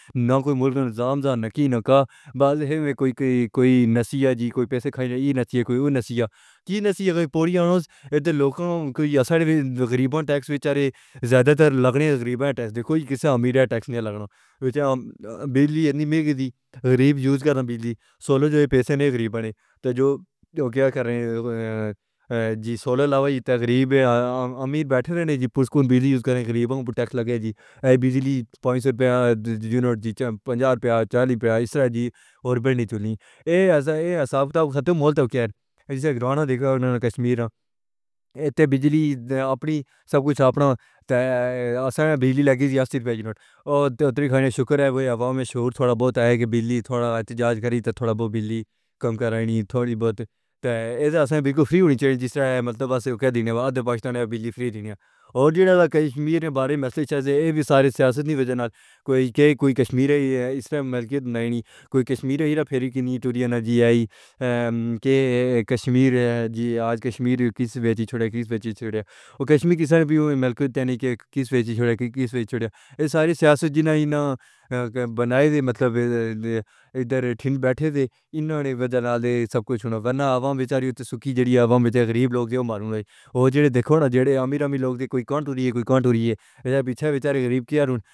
نہ کوئی ملک دا نظام ہے نہ کسے دا کوئی بعد ہے، نہ کوئی نسےہہ جیہڑا پیسے کھاندا ہووے۔ کوئی نہیں جو نسےہہ کرے تے غریباں توں ٹیکس لے۔ زیادہ تر ٹیکس غریباں توں لیندا ہے، امیراں توں کوئی ٹیکس نہیں لیندا۔ بجلی وی غریب استعمال کرے، امیر کیوں نہیں؟ جو پیسے نہیں ہیں غریب دے، اوہ کی کرے؟ اصل وچ لاوا جیتا ہویا ہے غریب نے، امیر تاں بیٹھے ہوئے نی۔ غریباں نوں ٹیکس لگدا ہے، بجلی دے پنج سو روپے یونٹ نی، پنجاب وچ پہلے چالیس روپے سن۔ پہلے عرصے وچ کی ہویا سی؟ دیکھو نا کشمیر وچ بجلی تے ساری چیزاں اپنیاں نی، اتھے وی بجلی سستی ہونی چاہیدی ہے۔ عوام وچ شعور آیا ہے، اوہ بجلی دے خلاف احتجاج کر رہے نی تاں بجلی تھوڑی کم ہوئی ہے۔ بجلی بالکل مفت ہونی چاہیدی ہے۔ پاکستان والےآں نوں بجلی دینی چاہیدی ہے تے کشمیر والےآں نوں وی۔ ساری سیاست ایہ نہیں کہ کشمیر کس دا ہے یا نہیں۔ کشمیر دی وجہ توں ساڈے کجھ حق وی چھڈ دتے گئے نی۔ ساری سیاست اوہناں نے بنائی ہوئی ہے جیہڑے مٹھائی دیندے ہوئے بیٹھے ہوئے سن۔ اوہناں دی وجہ توں سارا کجھ ملیا، ورنہ عوام بے چاری تے سکھی جاری ہے۔ عوام غریب لوگ مارے جاندے نی، جدوں کہ امیر لوگ پیچھے بیٹھے ہوئے نی۔